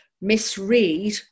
misread